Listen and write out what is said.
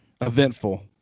eventful